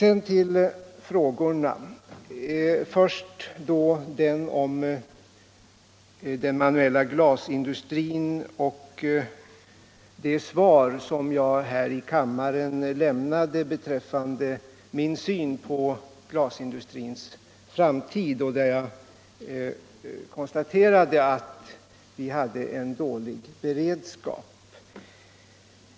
En av de frågor som ställts till mig gällde den manuella glasindustrin och det svar som jag här i kammaren lämnade beträffande min syn på glasindustrins framtid, varvid jag konstaterade att vi på det området hade en dålig beredskap.